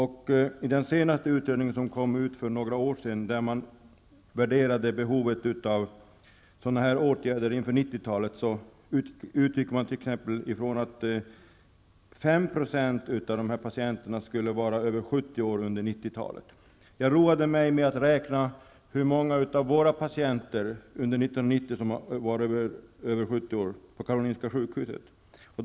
I den senaste utredningen, som kom för några år sedan, värderades behovet av sådana åtgärder inför 90-talet. Utredningen utgick från att 5 % av dessa patienter skulle vara över 70 Jag har roat mig med att räkna hur många av våra patienter på Karolinska sjukhuset som har varit över 70 år under år 1990.